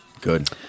Good